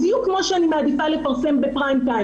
בדיוק כמו שאני מעדיפה לפרסם בפריים טיים